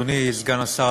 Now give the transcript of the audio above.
אדוני סגן השר,